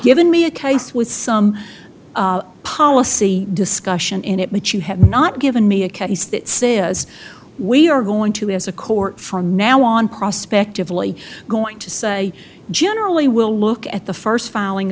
given me a case with some policy discussion in it which you have not given me a case that says we are going to as a court from now on prospect of likely going to say generally we'll look at the first filing